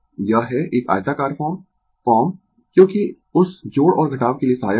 यह है एक आयताकार फॉर्म फॉर्म क्योंकि उस जोड़ और घटाव के लिये सहायक होगा